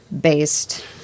based